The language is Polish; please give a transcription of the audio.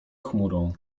chmurą